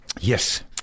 yes